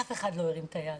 אף אחד לא הרים את היד.